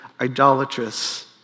idolatrous